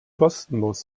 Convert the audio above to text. kostenlos